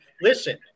listen